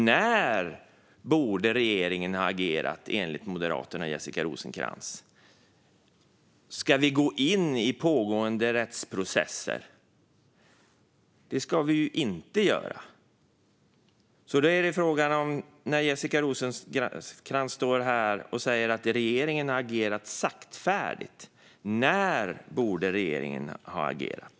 När borde regeringen ha agerat, enligt Moderaterna och Jessica Rosencrantz? Ska vi gå in i pågående rättsprocesser? Det ska vi inte göra. När Jessica Rosencrantz står här och säger att regeringen har agerat saktfärdigt undrar jag: När borde regeringen ha agerat?